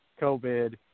COVID